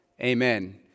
Amen